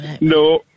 no